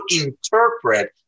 interpret